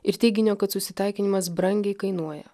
ir teiginio kad susitaikinimas brangiai kainuoja